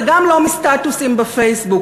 וגם לא מסטטוסים בפייסבוק,